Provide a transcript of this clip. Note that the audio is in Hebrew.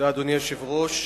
אדוני היושב-ראש,